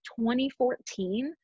2014